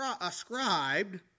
ascribed